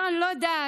אני לא יודעת